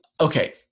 Okay